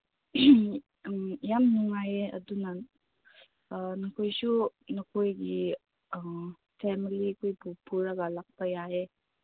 ꯌꯥꯝ ꯅꯨꯡꯉꯥꯏꯌꯦ ꯑꯗꯨꯅ ꯅꯈꯣꯏꯁꯨ ꯅꯈꯣꯏꯒꯤ ꯐꯦꯃꯤꯂꯤ ꯈꯣꯏ ꯄꯨꯔꯒ ꯂꯥꯛꯄ ꯌꯥꯏꯌꯦ